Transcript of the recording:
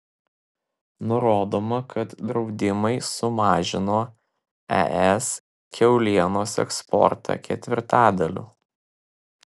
nurodoma kad draudimai sumažino es kiaulienos eksportą ketvirtadaliu